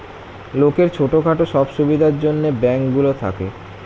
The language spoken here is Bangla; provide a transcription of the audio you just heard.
লোকের ছোট খাটো সব সুবিধার জন্যে ব্যাঙ্ক গুলো থাকে